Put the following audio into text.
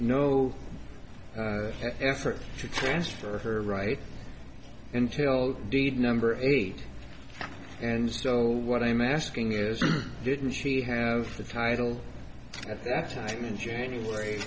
no effort to transfer her right until deed number eight and still what i am asking is why didn't she have the title at that time in january